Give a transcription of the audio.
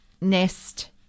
nest